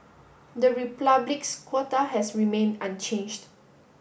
the Republic's quota has remained unchanged